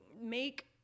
make